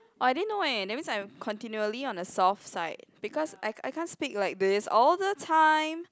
oh I didn't know leh that means I'm continually on the soft side because I I can't speak like this all the time